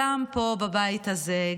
גם פה בבית הזה,